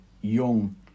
young